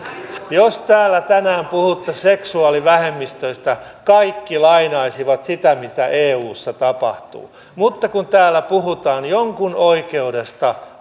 jos täällä tänään puhuttaisiin seksuaalivähemmistöistä kaikki lainaisivat sitä mitä eussa tapahtuu mutta kun täällä puhutaan jonkun oikeudesta